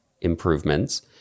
improvements